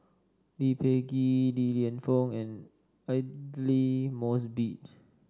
Lee Peh Gee Li Lienfung and Aidli Mosbit